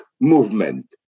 movement